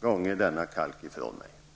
Gånge denna kalk ifrån mig!